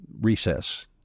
recess